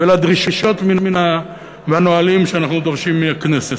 ולדרישות והנהלים שאנחנו דורשים מהכנסת.